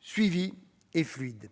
suivi et fluide.